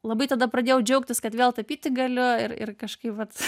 labai tada pradėjau džiaugtis kad vėl tapyti galiu ir ir kažkaip vat